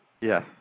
Yes